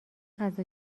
غذا